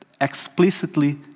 explicitly